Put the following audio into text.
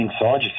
inside